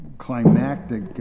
climactic